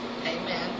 Amen